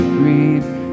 breathe